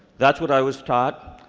that's what i was taught.